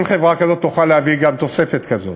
כל חברה כזאת תוכל להביא גם תוספת כזאת,